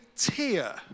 tier